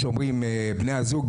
איך שאומרים בני הזוג,